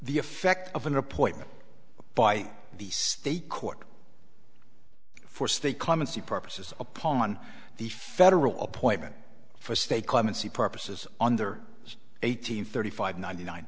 the effect of an appointment by the state court for stay calm and see purposes upon the federal appointment for state clemency purposes under eight hundred thirty five ninety nine